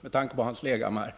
Med tanke på Hans Leghammars